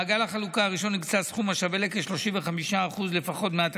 מעגל החלוקה הראשון הקצה סכום השווה לכ-35% מהתקציב